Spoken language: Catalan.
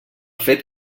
fet